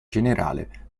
generale